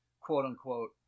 quote-unquote